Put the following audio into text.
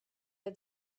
had